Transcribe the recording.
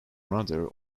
another